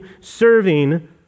serving